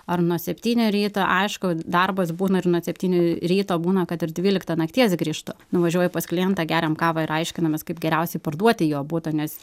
ar nuo septynių ryto aišku darbas būna ir nuo septynių ryto būna kad ir dvyliktą nakties grįžtu nuvažiuoju pas klientą geriam kavą ir aiškinamės kaip geriausiai parduoti jo butą nes